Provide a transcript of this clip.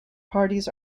parties